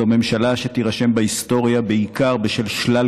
זו ממשלה שתירשם בהיסטוריה בעיקר בגלל שלל